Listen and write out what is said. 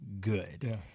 good